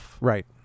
Right